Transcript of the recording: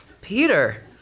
Peter